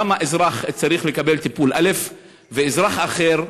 למה אזרח צריך לקבל טיפול א' ואזרח אחר,